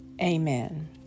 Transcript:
Amen